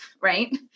Right